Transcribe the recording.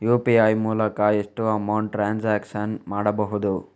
UPI ಮೂಲಕ ಎಷ್ಟು amount transaction ಮಾಡಬಹುದು?